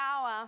power